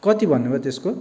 त्यो कति भन्नु भयो त्यसको